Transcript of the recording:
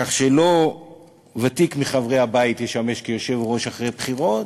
כך שלא ותיק חברי הבית ישמש יושב-ראש אחרי בחירות,